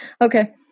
okay